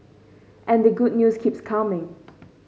and the good news keeps coming